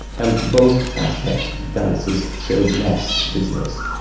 and for both aspects the dancers showed less dizziness.